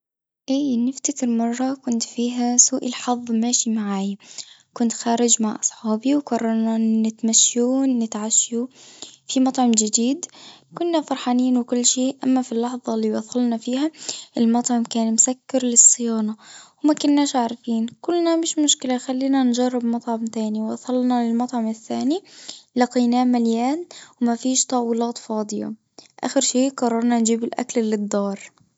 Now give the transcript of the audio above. إيه بفتكر مرة سوء الحظ كان ماشي معاي، كنت خارج مع أصحابي وقررنا نتمشوا ونتعشوا في مطعم جديد كنا فرحانين وكل شي أما في اللحظة اللي وصلنا فيها المطعم كان مسكر للصيانة وما كناش عارفين، قولنا مش مشكلة خلينا نجرب مطعم تاني دخلنا للمطعم الثاني لقيناه مليان وما فيش طاولات فاضية، آخر شي قررنا نجيب الأكل للدار.